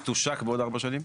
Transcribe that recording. שהמערכת תושק בעוד ארבע שנים?